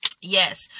yes